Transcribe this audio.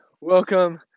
welcome